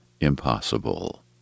impossible